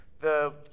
the-